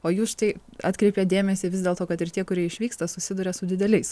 o jūs štai atkreipėt dėmesį vis dėl to kad ir tie kurie išvyksta susiduria su dideliais